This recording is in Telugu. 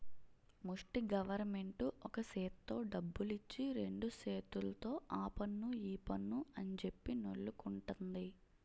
ముస్టి గవరమెంటు ఒక సేత్తో డబ్బులిచ్చి రెండు సేతుల్తో ఆపన్ను ఈపన్ను అంజెప్పి నొల్లుకుంటంది